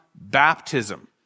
Baptism